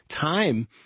time